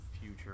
future